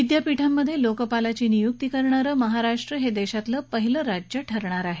विद्यापीठांमध्ये लोकपालाची नियुक्ती करणारं महाराष्ट्र हे देशातलं पहिलं राज्य ठरणार आहे